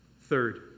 Third